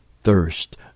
thirst